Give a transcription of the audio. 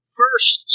first